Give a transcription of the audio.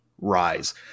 rise